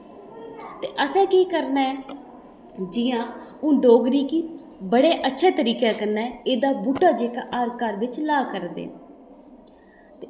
ते असें केह् करना ऐ की जियां हून डोगरी गी बड़े अच्छे तरीकै कन्नै एड्डा बूह्टा जेह्ड़ा हर घर बिच ला करदे